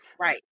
Right